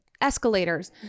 escalators